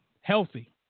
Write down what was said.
healthy